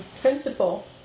principal